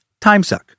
timesuck